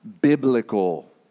biblical